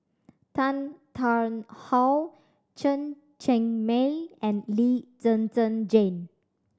Tan Tarn How Chen Cheng Mei and Lee Zhen Zhen Jane